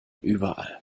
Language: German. überall